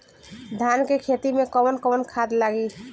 धान के खेती में कवन कवन खाद लागी?